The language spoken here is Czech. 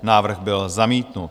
Návrh byl zamítnut.